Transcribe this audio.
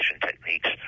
techniques